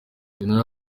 gen